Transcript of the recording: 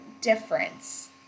difference